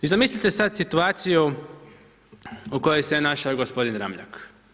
I zamislite sad situaciju u kojoj se našao gospodin Ramljak.